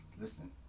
listen